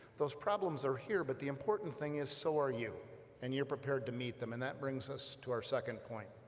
those problems are here but the important thing is so are you and you're prepared to meet them and that brings us to our second point